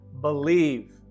believe